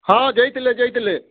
ହଁ ଯାଇଥିଲେ ଯାଇଥିଲେ